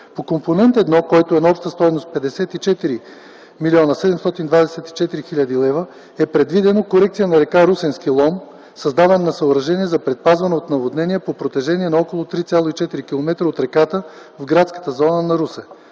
По Компонент 1, който е на обща стойност 54 млн. 724 хил. лв., е предвидено: корекция на р. Русенски Лом – създаване на съоръжения за предпазване от наводнения по протежение на около 3,4 км от реката в градската зона на Русе.